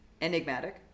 Enigmatic